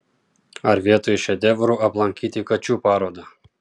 ar vietoj šedevrų aplankyti kačių parodą